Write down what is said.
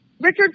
Richard